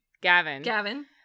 Gavin